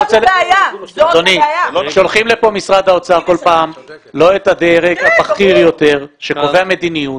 משרד האוצר שולח לכאן לא את הדרג הבכיר יותר שקובע מדיניות.